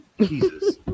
Jesus